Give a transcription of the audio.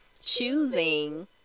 choosing